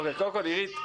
אירית,